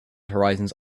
horizons